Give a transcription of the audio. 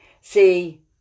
See